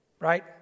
right